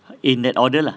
in that order lah